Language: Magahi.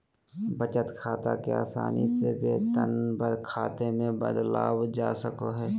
बचत खाते के आसानी से वेतन खाते मे बदलल जा सको हय